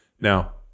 Now